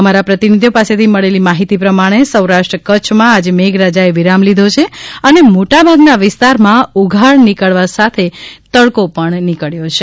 અમારા પ્રતિનિધિઓ પાસેથી મળેલી માહિતી પ્રમાણે સૌરાષ્ટ્ર કચ્છમાં આજે મેઘરાજાએ વિરામ લીધો છે અને મોટાભાગના વિસ્તારમાં ઉઘાડ નીકળવા સાથે તડકો પણ નીકળ્યો છે